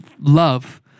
love